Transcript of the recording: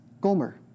Gomer